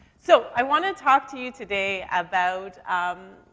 so i wanna talk to you today about, um,